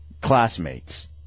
classmates